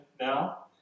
now